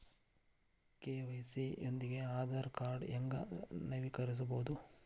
KYC ಯೊಂದಿಗ ಆಧಾರ್ ಕಾರ್ಡ್ನ ಹೆಂಗ ನವೇಕರಿಸಬೋದ